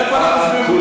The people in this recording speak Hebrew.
מאיפה אנחנו יודעים,